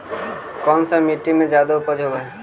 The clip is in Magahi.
कोन सा मिट्टी मे ज्यादा उपज होबहय?